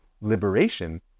liberation